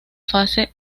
fase